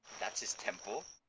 that's his temple?